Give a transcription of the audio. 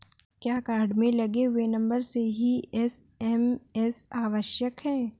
क्या कार्ड में लगे हुए नंबर से ही एस.एम.एस आवश्यक है?